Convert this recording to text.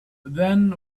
then